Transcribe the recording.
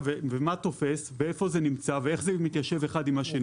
ומה תופס ואיפה זה נמצא ואיך זה מתיישב אחד עם השני,